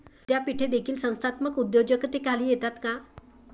विद्यापीठे देखील संस्थात्मक उद्योजकतेखाली येतात का?